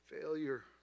failure